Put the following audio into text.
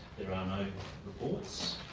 there are no reports.